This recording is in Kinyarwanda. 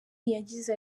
yagize